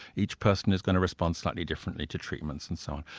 each person is going to respond slightly differently to treatments and so on.